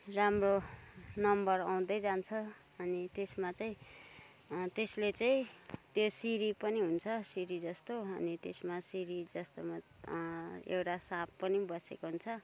राम्रो नम्बर आउँदै जान्छ अनि त्यसमा चाहिँ त्यसले चाहिँ त्यो सिडी पनि हुन्छ सिडी जस्तो अनि त्यसमा सिडी जस्तोमा एउटा साँप पनि बसेको हुन्छ